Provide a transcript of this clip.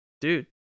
Dude